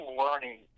learning